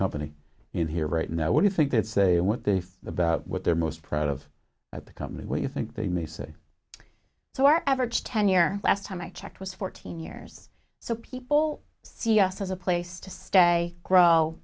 company in here right now would you think they'd say what they feel about what they're most proud of at the company what you think they may say so our average tenure last time i checked was fourteen years so people see us as a place to stay grow